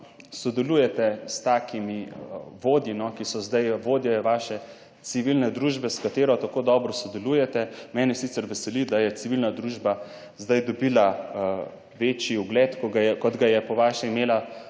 sodelujete s takimi vodji, ki so zdaj vodje vaše civilne družbe, s katero tako dobro sodelujete. Mene sicer veseli, da je civilna družba zdaj dobila večji ugled, kot ga je po vašem imela